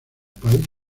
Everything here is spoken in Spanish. país